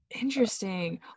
interesting